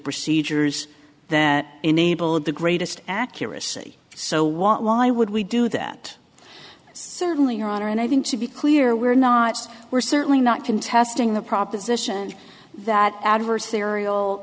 procedures that enabled the greatest accuracy so why would we do that certainly your honor and i think to be clear we're not we're certainly not contesting the proposition that adversarial